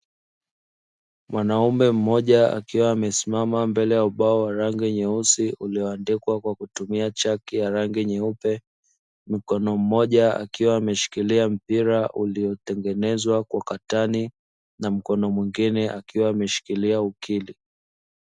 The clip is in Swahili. Mwanaume mmoja akiwa amesimama mbele ya ubao wa rangi nyeusi ulioandikwa kwa kutumia chaki ya rangi nyeupe, mkono mmoja akiwa ameshikilia mpira uliotengenezwa kwa katani na mkono mwingine akiwa ameshikilia ukili.